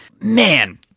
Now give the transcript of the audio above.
man